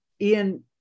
ian